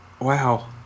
wow